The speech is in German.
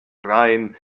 rein